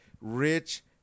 rich